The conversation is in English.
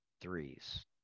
threes